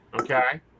okay